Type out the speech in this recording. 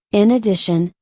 in addition,